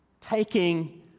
taking